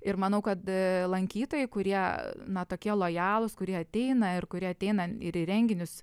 ir manau kad lankytojai kurie na tokie lojalūs kurie ateina ir kurie ateina ir į renginius